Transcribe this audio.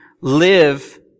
live